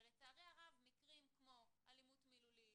ולצערי הרב, מקרים כמו אלימות מילולית,